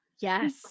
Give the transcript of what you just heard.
Yes